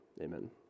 Amen